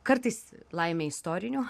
kartais laimei istorinių